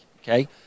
okay